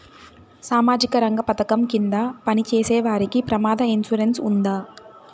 సామాజిక రంగ పథకం కింద పని చేసేవారికి ప్రమాద ఇన్సూరెన్సు ఉందా?